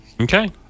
okay